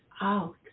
out